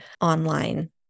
online